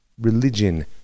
religion